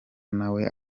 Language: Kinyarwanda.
nawe